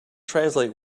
translate